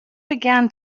began